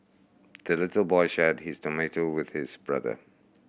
the little boy shared his tomato with his brother